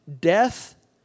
death